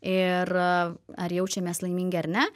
ir ar jaučiamės laimingi ar ne